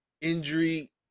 injury